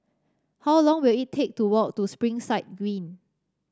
how long will it take to walk to Springside Green